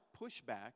pushback